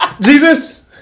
Jesus